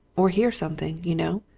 or hear something, you know.